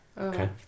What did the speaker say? Okay